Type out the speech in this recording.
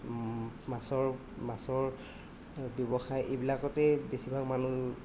মাছৰ মাছৰ ব্যৱসায় এইবিলাকতেই বেছিভাগ মানুহ